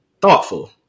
thoughtful